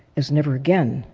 as never again,